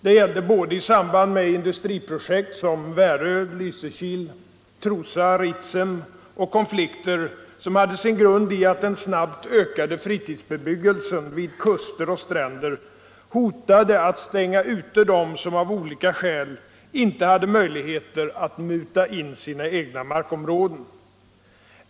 Det gällde både konflikter i samband med industriprojekt som i Värö, Lysekil, Trosa och Ritsem och konflikter som hade sin grund i att den snabbt ökade fritidsbebyggelsen vid kuster och stränder hotade att stänga ute dem som av olika skäl inte hade möjlighet att muta in egna markområden.